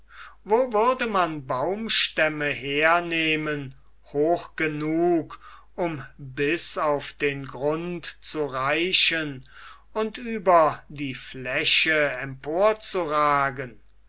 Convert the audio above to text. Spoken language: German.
wo würde man baumstämme hernehmen hoch genug um bis auf den grund zu reichen und über die fläche emporzuragen